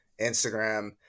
Instagram